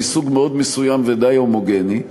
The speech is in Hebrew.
מסוג מאוד מסוים ודי הומוגני,